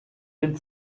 den